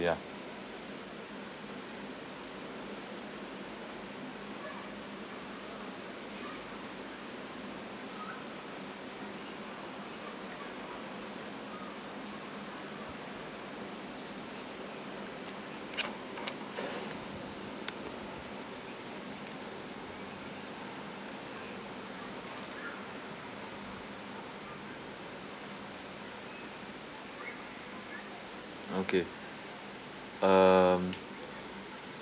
ya okay um